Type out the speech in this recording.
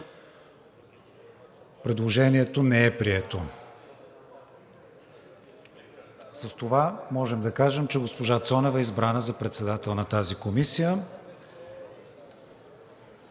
Предложението не е прието. С това можем да кажем, че госпожа Цонева е избрана за председател на тази комисия